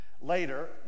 later